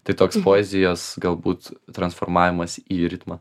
tai toks poezijos galbūt transformavimas į ritmą